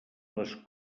les